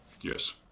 Yes